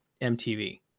MTV